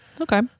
Okay